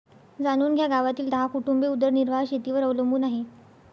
जाणून घ्या गावातील दहा कुटुंबे उदरनिर्वाह शेतीवर अवलंबून आहे